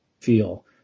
feel